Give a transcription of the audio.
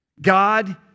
God